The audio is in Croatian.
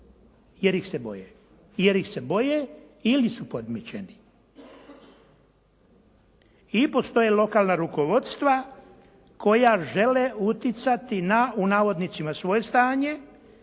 "naše" jer ih se boje ili su podmićeni. I postoje lokalna rukovodstva koja žele utjecati na "svoje stanje",